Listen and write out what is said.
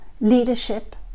leadership